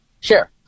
Sure